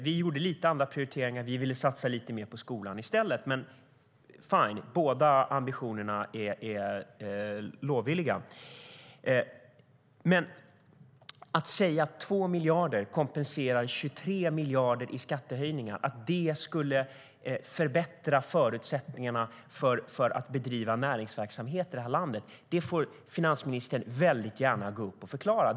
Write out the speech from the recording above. Vi gjorde lite andra prioriteringar - vi ville satsa lite mer på skolan i stället - men fine, båda ambitionerna är lovvärda. Men hur 2 miljarder kompenserar 23 miljarder i skattehöjningar och hur det skulle förbättra förutsättningarna för att bedriva näringsverksamhet i det här landet får finansministern väldigt gärna förklara.